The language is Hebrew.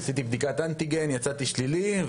עשיתי בדיקת אנטיגן ויצאתי שלילי.